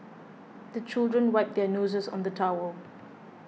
the children wipe their noses on the towel